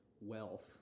wealth